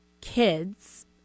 kids